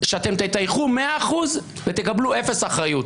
שאתם תטייחו 100% ותקבלו 0% אחריות.